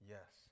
Yes